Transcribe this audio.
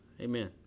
Amen